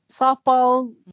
softball